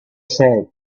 said